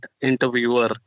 interviewer